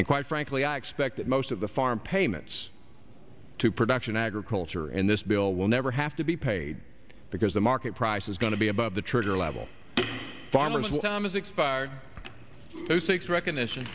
and quite frankly i expect that most of the farm pay it's to production agriculture and this bill will never have to be paid because the market price is going to be about the trigger level farmers what time is expired so six recognition